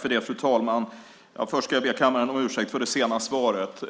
Fru talman! Först ska jag be kammaren om ursäkt för det sena svaret.